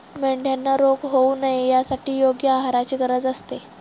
मेंढ्यांना रोग होऊ नये यासाठी योग्य आहाराची गरज असते